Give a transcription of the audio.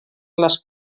les